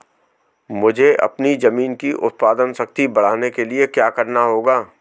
मुझे अपनी ज़मीन की उत्पादन शक्ति बढ़ाने के लिए क्या करना होगा?